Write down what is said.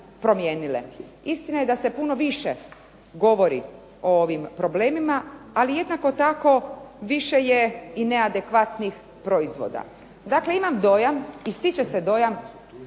Istina je da se puno više govori o ovim problemima, ali jednako tako više je i neadekvatnih proizvoda. Dakle, imam dojam i stiče se dojam